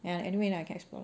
and anyway lah can explore